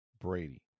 Brady